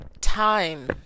Time